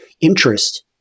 interest